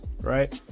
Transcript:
right